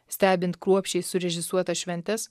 stebint kruopščiai surežisuotas šventes